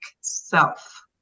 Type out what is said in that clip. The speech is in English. self